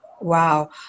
Wow